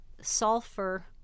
sulfur